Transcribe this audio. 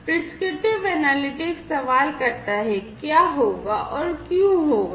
prescriptive analytics सवाल करता हैं क्या होगा और क्यों होगा